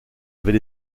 avait